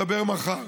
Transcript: על חקלאות נדבר מחר.